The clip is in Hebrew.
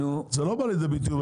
זה לא בא לידי ביטוי,